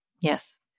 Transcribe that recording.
Yes